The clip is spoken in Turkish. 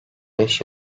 beş